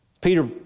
Peter